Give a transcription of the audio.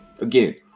Again